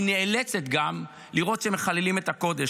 היא נאלצת גם לראות שמחללים את הקודש,